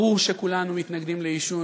ברור שכולנו מתנגדים לעישון.